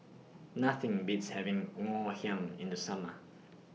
Nothing Beats having Ngoh Hiang in The Summer